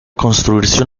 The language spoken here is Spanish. construirse